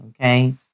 Okay